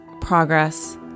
progress